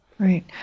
Right